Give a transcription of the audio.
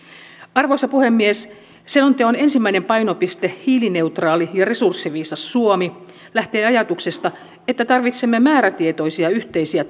arvoisa puhemies selonteon ensimmäinen painopiste hiilineutraali ja resurssiviisas suomi lähtee ajatuksesta että tarvitsemme määrätietoisia yhteisiä